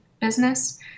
business